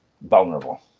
vulnerable